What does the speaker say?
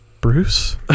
bruce